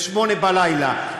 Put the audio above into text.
ב-20:00 בלילה.